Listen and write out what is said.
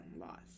loss